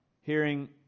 hearing